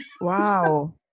Wow